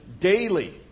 daily